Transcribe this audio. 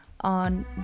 on